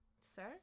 sir